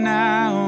now